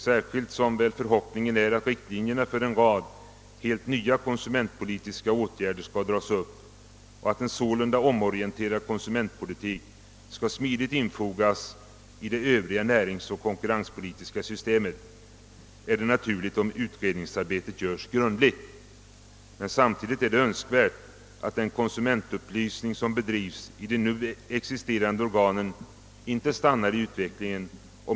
Särskilt som väl förhoppningen är att riktlinjerna för en rad helt nya konsumentpolitiska åtgärder skall dras upp och att en sålunda omorienterad konsumentpolitik smidigt skall infogas i det övriga näringsoch konkurrenspolitiska systemet, är det naturligt om utredningsarbetet görs grundligt. Men samtidigt är det önskvärt att den konsumentupplysning som bedrivs av de nu existerande organen inte stannar i utvecklingen.